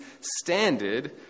standard